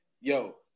yo